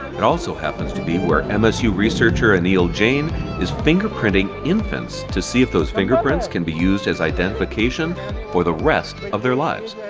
it also happens to be where msu researcher anil jain is fingerprinting infants to see if those fingerprints can be used as identification for the rest of their lives.